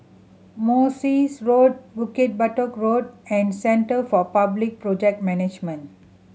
Morse Road Bukit Batok Road and Centre for Public Project Management